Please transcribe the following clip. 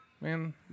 Man